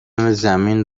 زمین